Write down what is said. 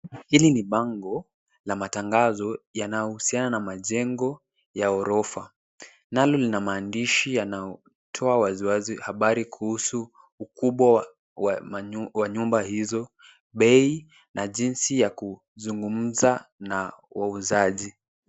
Hili ni bango la matangazo yanahusiana na majengo ya ghorofa. Nalo lina maandishi yanayotoa waziwazi habari kuhusu ukubwa wa manyumba hizo, bei na jinsi ya kuzungumza na wauzaji.